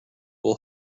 will